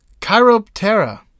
Chiroptera